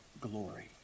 glory